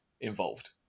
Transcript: involved